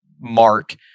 mark